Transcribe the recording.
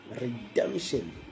redemption